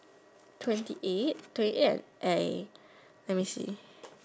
twenty eight twenty eight I let me see